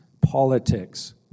politics